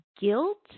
guilt